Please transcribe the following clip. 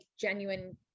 genuine